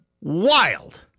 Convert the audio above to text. wild